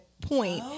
point